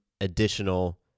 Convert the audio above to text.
additional